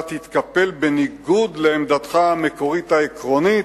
אתה תתקפל בניגוד לעמדתך המקורית העקרונית,